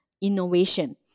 innovation